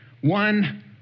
one